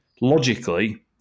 logically